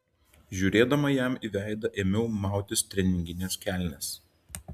žiūrėdama jam į veidą ėmiau mautis treningines kelnes